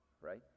right